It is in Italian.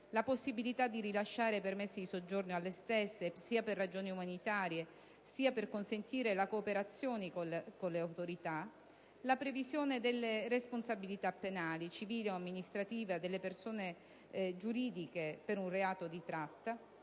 la possibilità di rilasciare permessi di soggiorno alle stesse, sia per ragioni umanitarie sia per consentire la cooperazione con le autorità; la previsione di responsabilità penali, civili e amministrative delle persone giuridiche per un reato di tratta;